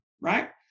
right